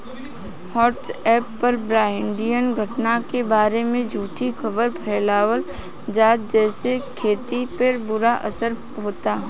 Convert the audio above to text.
WhatsApp पर ब्रह्माण्डीय घटना के बारे में झूठी खबर फैलावल जाता जेसे खेती पर बुरा असर होता